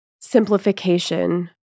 simplification